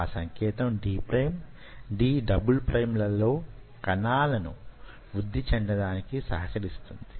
ఆ సంకేతం D prime D double prime ల లో కణాలు వృద్ధి చెందడానికి సహకరిస్తుంది